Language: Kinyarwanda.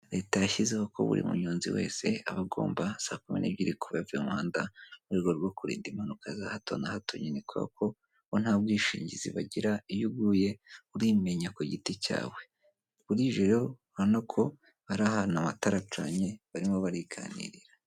Leta yashyizeho ko buri munyonzi wese aba agomba saa kumi n'ebyiri kuba avuye mu muhanda, mu rwego rwo kurinda impanuka za hato na hatoye nyine, kubera ko bo nta bwishingizi bagira iyo uguye urimenya ku giti cyawe. Burije rero urabona ko barahantu amatara acanye, barimo bariganirira.